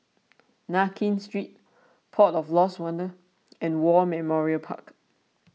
Nankin Street Port of Lost Wonder and War Memorial Park